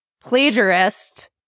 plagiarist